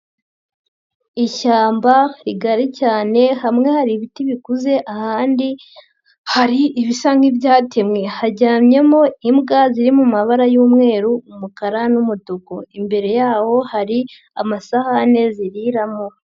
Ishyamba rigari cyane hamwe hari ibiti bikuze ahandi hari ibisa nk'ibyatemwe. Haryamyemo imbwa ziri mu mabara y'umweru, umukara n'umutuku. Imbere yawo hari amasahane ziriramo.